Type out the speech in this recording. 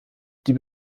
die